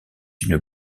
une